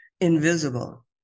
invisible